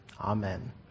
Amen